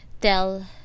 tell